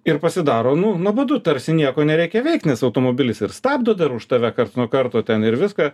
ir pasidaro nu nuobodu tarsi nieko nereikia veikt nes automobilis ir stabdo dar už tave karts nuo karto ten ir viską